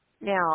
Now